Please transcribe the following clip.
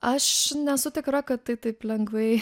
aš nesu tikra kad tai taip lengvai